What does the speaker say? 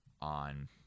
on